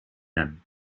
them